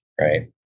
right